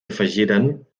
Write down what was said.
afegiren